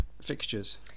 fixtures